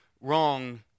wrong